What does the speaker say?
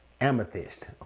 amethyst